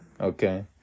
Okay